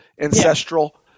ancestral